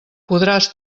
podràs